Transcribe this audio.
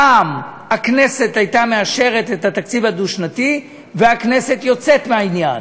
פעם הכנסת הייתה מאשרת את התקציב הדו-שנתי והכנסת הייתה יוצאת מהעניין,